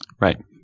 Right